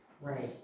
Right